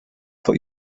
put